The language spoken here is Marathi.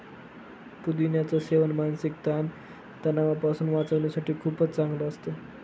पुदिन्याच सेवन मानसिक ताण तणावापासून वाचण्यासाठी खूपच चांगलं असतं